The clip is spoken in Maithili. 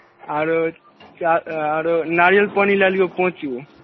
आरो आरो नारियल पानि लै लिहो पाॅंच गो